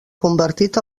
convertit